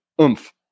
oomph